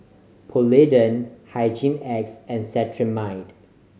Polident Hygin X and Cetrimide